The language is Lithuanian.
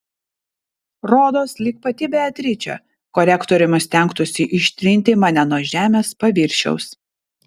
rodos lyg pati beatričė korektoriumi stengtųsi ištrinti mane nuo žemės paviršiaus